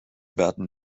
werden